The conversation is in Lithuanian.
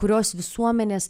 kurios visuomenės